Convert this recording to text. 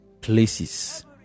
places